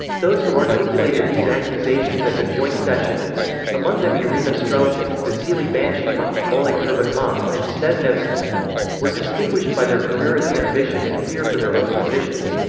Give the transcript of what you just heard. those who articulated these accusations at the joint session among them irina strelchuk, vasily banshchikov, oleg kerbikov, and snezhnevsky were distinguished by their careerist ambition and fear for their own positions.